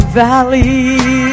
valley